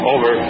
Over